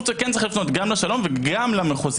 צריך לפנות גם לשלום וגם למחוזי.